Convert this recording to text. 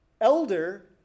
elder